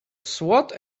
swat